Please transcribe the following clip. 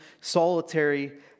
solitary